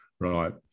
right